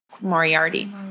Moriarty